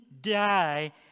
die